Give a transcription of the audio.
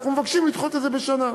אנחנו מבקשים לדחות את זה בשנה.